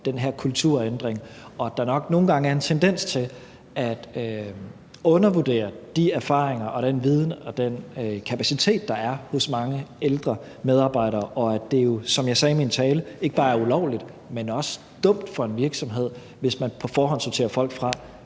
den her kulturændring, og at der nok nogle gange er en tendens til at undervurdere de erfaringer og den viden og den kapacitet, der er hos mange ældre medarbejdere, og at det jo, som jeg sagde i min tale, ikke bare er ulovligt, men også dumt af en virksomhed, hvis man på forhånd sorterer folk fra,